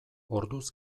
orduz